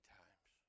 times